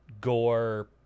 gore